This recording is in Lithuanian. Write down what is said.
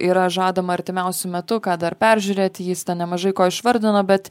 yra žadama artimiausiu metu ką dar peržiūrėti jis nemažai ko išvardino bet